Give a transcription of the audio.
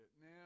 Now